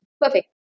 Perfect